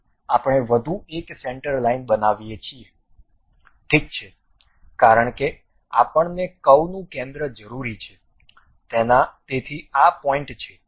આપણે વધુ એક સેન્ટર લાઇન બનાવીએ છીએ ઠીક છે કારણ કે આપણને કર્વનું કેન્દ્ર જરૂરી છે તેથી આ પોઇન્ટ છે